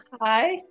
hi